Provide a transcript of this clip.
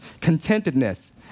contentedness